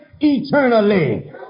eternally